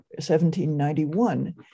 1791